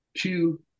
two